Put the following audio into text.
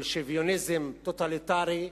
של שוויוניזם טוטליטרי,